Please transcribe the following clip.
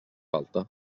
falta